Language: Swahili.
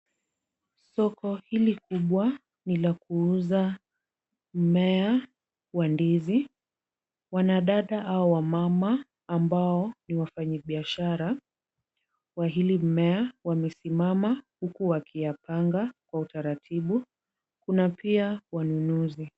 Soko hili kubwa ni la kuuza mmea wa ndizi. Wanadada au wamama ambao ni wafanyibiashara wa hili mmea wamesimama huku wakiyapanga kwa utaratibu. Kuna pia wanunuzi.